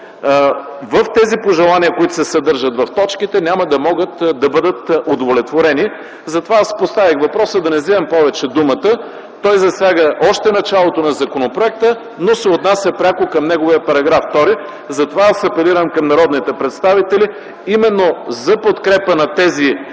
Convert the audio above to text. в тези пожелания, които се съдържат в точките, няма да могат да бъдат удовлетворени. Поставих въпроса, за да не вземам повече думата, той засяга още началото на законопроекта, но се отнася пряко към неговия § 2. Апелирам към народните представители за подкрепа на тези,